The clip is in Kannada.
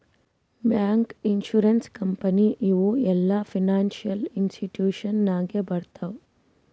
ಬ್ಯಾಂಕ್, ಇನ್ಸೂರೆನ್ಸ್ ಕಂಪನಿ ಇವು ಎಲ್ಲಾ ಫೈನಾನ್ಸಿಯಲ್ ಇನ್ಸ್ಟಿಟ್ಯೂಷನ್ ನಾಗೆ ಬರ್ತಾವ್